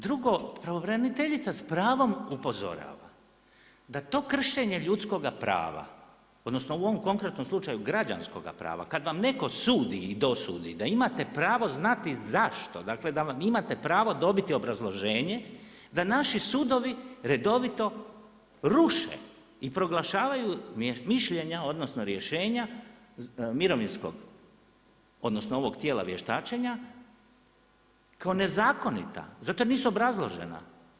Drugo, pravobraniteljica s pravom upozorava da to kršenje ljudskoga prava odnosno u ovom konkretnom slučaju, građanskoga prava kad vam netko sudi i dosudi da imate pravo znati zašto, dakle da imate pravo dobiti obrazloženje da naši sudovi redovito ruše i proglašavaju mišljenja odnosno rješenja mirovinskog odnosno ovog tijela vještačenja, kao nezakonita zato jer nisu obrazložena.